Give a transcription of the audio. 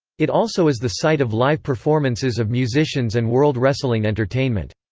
it also is the site of live performances of musicians and world wrestling entertainment.